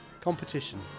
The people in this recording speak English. Competition